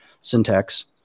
syntax